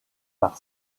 par